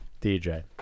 DJ